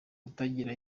kutagira